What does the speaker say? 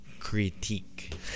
critique